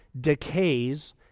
decays